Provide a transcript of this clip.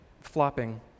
flopping